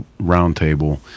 roundtable